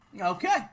okay